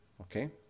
Okay